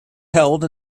held